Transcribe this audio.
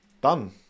Done